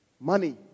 money